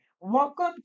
Welcome